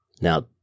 Now